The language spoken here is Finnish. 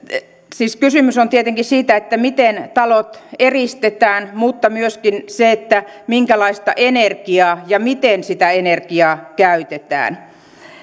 siis kysymys on tietenkin siitä miten talot eristetään mutta myöskin siitä minkälaista energiaa käytetään ja miten sitä energiaa käytetään